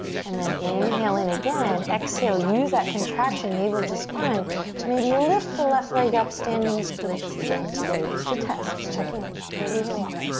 and then inhale in again, exhale, use that contraction navel to spine to maybe lift the left leg up, standing splits again today. just a test. just checking in. not gonna be here long.